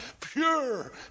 pure